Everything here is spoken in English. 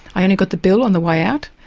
i only got the bill on the way out.